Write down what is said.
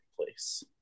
place